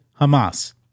Hamas